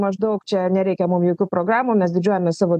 maždaug čia nereikia mum jokių programų mes didžiuojamės savo